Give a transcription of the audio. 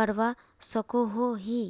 करवा सकोहो ही?